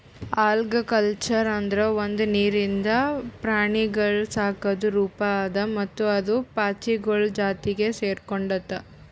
algaculture ಅಂದುರ್ ಒಂದು ನೀರಿಂದ ಪ್ರಾಣಿಗೊಳ್ ಸಾಕದ್ ರೂಪ ಅದಾ ಮತ್ತ ಅದು ಪಾಚಿಗೊಳ್ ಜಾತಿಗ್ ಸೆರ್ಕೊಂಡುದ್